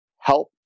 help